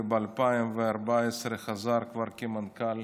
וב-2014 כבר חזר כמנכ"ל